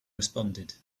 responded